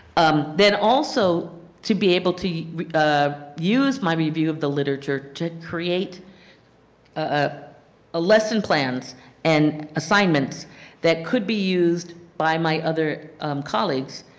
um then also to be able to use my review of the literature to create a ah lesson plan and assignments that could be used by my other colleagues,